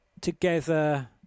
together